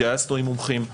התייעצנו עם מומחים,